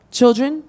children